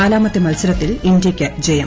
നാലാമത്തെ മൽസരത്തിൽ ഇന്ത്യയ്ക്ക് ജയം